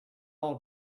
will